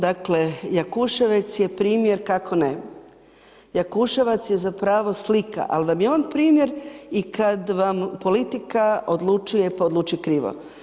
Dakle, Jakuševac je primjer kao ne, Jakuševac je zapravo slika ali nam je on primjer i kad vam politika odlučuje pa odluči krivo.